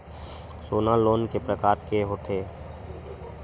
सोना लोन के प्रकार के होथे?